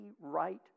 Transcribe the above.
right